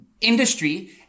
industry